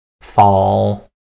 fall